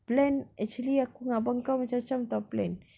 plan actually aku dengan abang kau macam macam [tau] plan